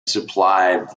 supplies